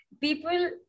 people